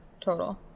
total